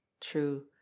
True